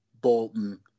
Bolton